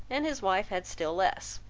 and his wife had still less.